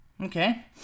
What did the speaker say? Okay